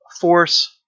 force